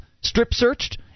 strip-searched